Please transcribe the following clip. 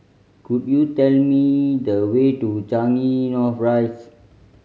could you tell me the way to Changi North Rise